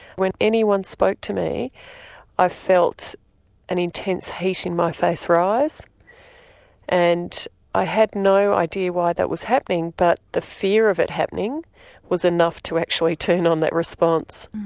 when anyone spoke to me i felt an intense heat in my face rise and i had no idea why that was happening, but the fear of it happening was enough to actually turn on that response.